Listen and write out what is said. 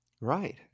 Right